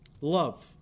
Love